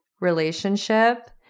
relationship